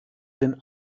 den